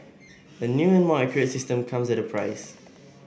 a new and more accurate system comes at a price